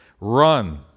run